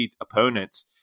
opponents